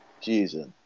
Jesus